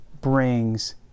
brings